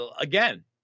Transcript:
again